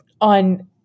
on